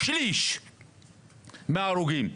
שליש מההרוגים.